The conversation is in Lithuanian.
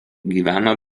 gyvena